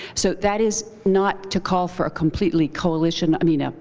so that is not to call for a completely coalition i mean, ah